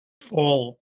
fall